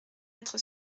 être